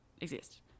exist